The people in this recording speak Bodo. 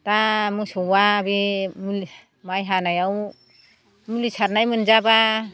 दा मोसौआ बे माइ हानायाव मुलि सारनाय मोनजाबा